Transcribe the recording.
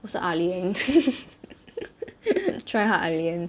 what's the ah lian try hard ah lian